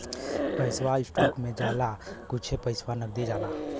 पैसवा स्टोक मे जाला कुच्छे पइसा नगदी जाला